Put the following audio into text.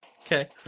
Okay